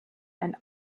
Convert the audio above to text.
and